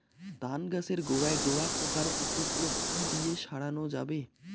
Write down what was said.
ধান গাছের গোড়ায় ডোরা পোকার উপদ্রব কি দিয়ে সারানো যাবে?